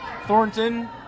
Thornton